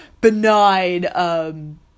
benign